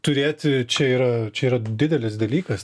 turėti čia yra čia yra didelis dalykas